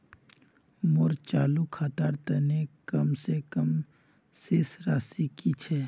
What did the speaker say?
मोर चालू खातार तने कम से कम शेष राशि कि छे?